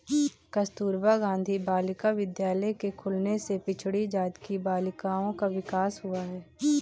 कस्तूरबा गाँधी बालिका विद्यालय के खुलने से पिछड़ी जाति की बालिकाओं का विकास हुआ है